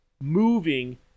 moving